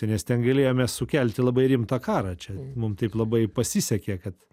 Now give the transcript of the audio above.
nes ten galėjome sukelti labai rimtą karą čia mum taip labai pasisekė kad